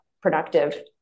productive